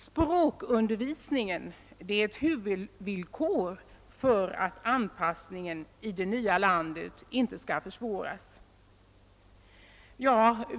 Språkundervisningen är ett huvudvillkor för att anpassningen i det nya landet inte skall försvåras.